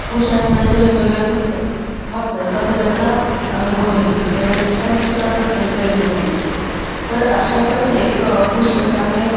भूशास्त्राचे वेगवेगळे पुस्तक वाचायचा बऱ्याचदा अनुभव येतो बऱ्याचदा तसा प्रसंग येतो मला तर अशातच एक पुस्तक आहे